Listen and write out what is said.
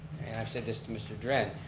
and i've said this to mr. dren,